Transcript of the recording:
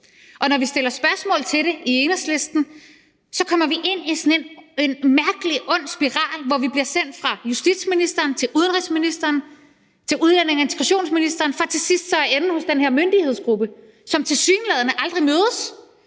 stiller spørgsmål til det, kommer vi ind i sådan en mærkelig ond spiral, hvor vi bliver sendt fra justitsministeren til udenrigsministeren til udlændinge- og integrationsministeren for så til sidst at ende hos den her myndighedsgruppe, som tilsyneladende aldrig mødes.